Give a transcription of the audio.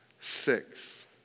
Six